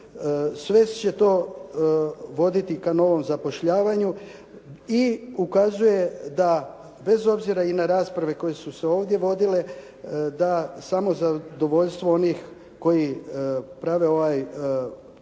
sve će to voditi ka novom zapošljavanju i ukazuje da bez obzira i na rasprave koje su se ovdje vodile da samozadovoljstvo onih koji prave ovaj proračun